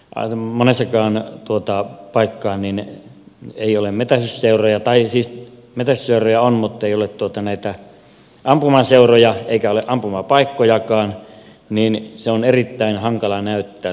aiemman esittää ne tuota paikkaa minne siellä ei ole monessakaan paikkaa metsästysseuroja tai siis metsästysseuroja on mutta kun ei ole näitä ampumaseuroja eikä ole ampumapaikkojakaan niin se on erittäin hankala näyttää toteen